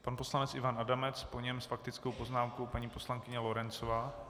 Pan poslanec Ivan Adamec, po něm s faktickou poznámkou paní poslankyně Lorencová.